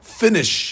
finish